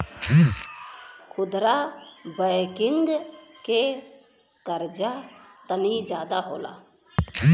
खुदरा बैंकिंग के कर्जा तनी जादा होला